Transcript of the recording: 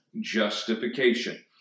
justification